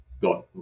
got